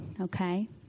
Okay